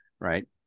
right